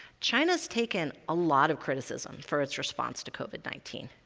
china's taken a lot of criticism for its response to covid nineteen.